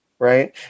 right